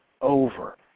over